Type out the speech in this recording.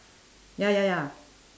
ya ya ya